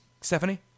Stephanie